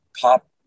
pop